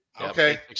Okay